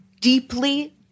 deeply